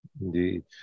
Indeed